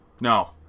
No